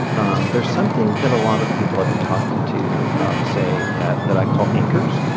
um there's something that a lot of the people i've been talking to say that that i call anchors,